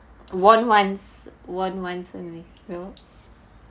worn once worn once only